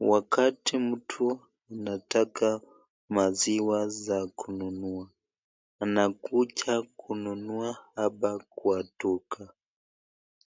Wakati mtu nataka maziwa za kununua, anakujia kununua abakwatuka.